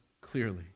clearly